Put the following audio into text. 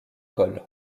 col